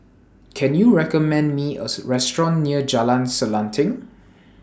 Can YOU recommend Me A Restaurant near Jalan Selanting